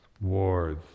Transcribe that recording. wars